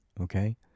okay